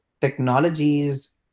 technologies